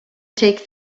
take